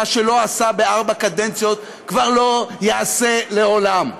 מה שלא עשה בארבע קדנציות כבר לא יעשה לעולם.